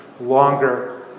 longer